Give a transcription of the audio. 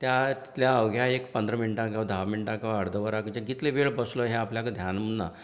त्या तितल्या अवघ्या एक पंदरां मिनटां किंवां धा मिनटां किंवांं अर्द वरां भितर म्हळ्यार कितलो वेळ बसलो हे आपल्याक ध्यान उरना